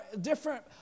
different